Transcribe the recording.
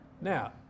Now